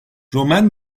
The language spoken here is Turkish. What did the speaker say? romen